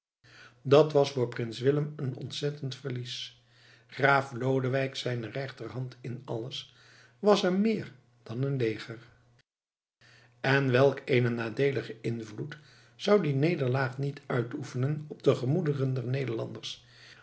dat was voor prins willem een ontzettend verlies graaf lodewijk zijne rechterhand in alles was hem meer dan een leger en welk eenen nadeeligen invloed zou die nederlaag niet uitoefenen op de gemoederen der nederlanders